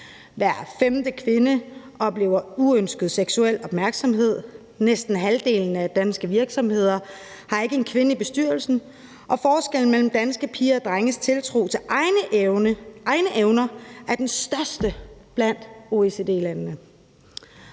Hver femte kvinde oplever uønsket seksuel opmærksomhed. Næsten halvdelen af danske virksomheder har ikke en kvinde i bestyrelsen, og forskellen mellem danske piger og drenges tiltro til egne evner er den største blandt OECD-landene.